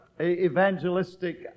evangelistic